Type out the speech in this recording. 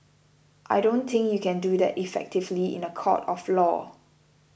I don't think you can do that effectively in a court of law